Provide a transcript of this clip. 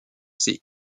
ses